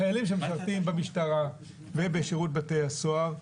חיילים שמשרתים במשטרה ובשירות בתי הסוהר,